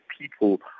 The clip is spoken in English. people